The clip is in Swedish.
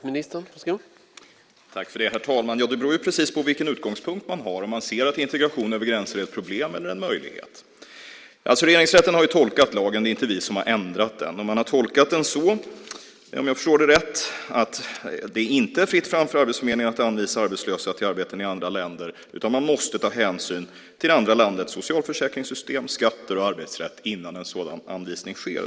Herr talman! Ja, det beror precis på vilken utgångspunkt man har, om man ser att integration över gränser är ett problem eller en möjlighet. Regeringsrätten har tolkat lagen. Det är inte vi som har ändrat den. Man har tolkat den så, om jag förstår det rätt, att det inte är fritt fram för Arbetsförmedlingen att anvisa arbeten i andra länder till arbetslösa, utan man måste ta hänsyn till det andra landets socialförsäkringssystem, skatter och arbetsrätt innan en sådan anvisning sker.